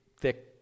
thick